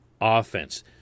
offense